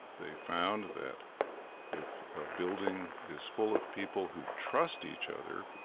they found that if a building is full of people who trust each other,